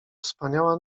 wspaniała